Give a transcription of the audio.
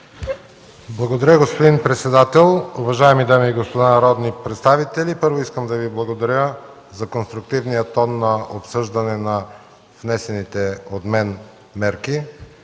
Благодаря, господин председател. Уважаеми дами и господа народни представители! Първо, искам да Ви благодаря за конструктивния тон на обсъждане на внесените от мен мерки,